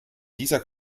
dieser